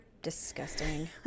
disgusting